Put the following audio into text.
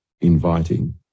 inviting